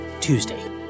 Tuesday